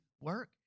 work